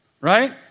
Right